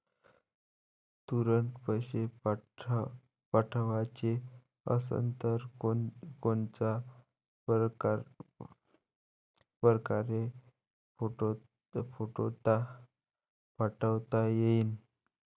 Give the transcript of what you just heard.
तुरंत पैसे पाठवाचे असन तर कोनच्या परकारे पाठोता येईन?